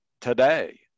today